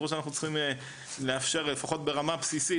ברור שאנחנו צריכים לאפשר לפחות ברמה הבסיסית,